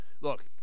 Look